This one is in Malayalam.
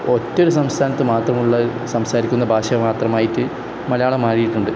ഒറ്റ ഒരു സംസ്ഥാനത്ത് മാത്രമുള്ള സംസാരിക്കുന്ന ഭാഷ മാത്രമായിട്ട് മലയാളം മാറിയിട്ടുണ്ട്